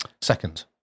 Second